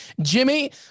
Jimmy